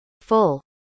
Full